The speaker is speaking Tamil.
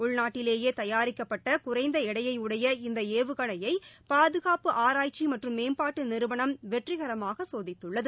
உள்நாட்டிலேயே தயாரிக்கப்பட்ட குறைந்த எடையுடைய இந்த ஏவுகணையை பாதுகாப்பு ஆராய்ச்சி மற்றும் மேம்பாட்டு நிறுவனம் வெற்றிகரமாக சோதித்துள்ளது